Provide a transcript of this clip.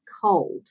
cold